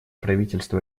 правительства